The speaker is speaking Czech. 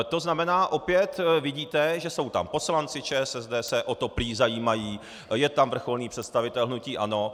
To znamená, opět vidíte, že jsou tam poslanci ČSSD se o to prý zajímají, je tam vrcholný představitel hnutí ANO.